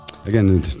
Again